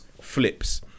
flips